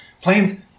Planes